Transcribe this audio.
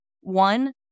One